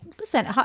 listen